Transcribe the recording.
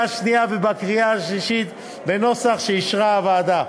השנייה ובקריאה השלישית בנוסח שאישרה הוועדה.